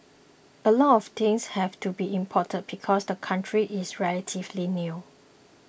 a lot of things have to be imported because the country is relatively new